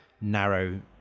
narrow